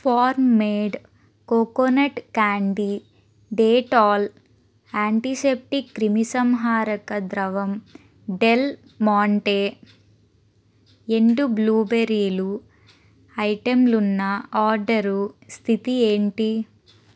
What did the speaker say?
form made coconut candy Dettol antiseptic క్రిమిసంహారక ద్రవం Del Monte ఎండు బ్లూబెరీలు ఐటెంలున్న ఆర్డరు స్థితి ఏంటి